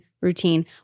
routine